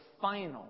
final